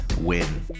win